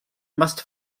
must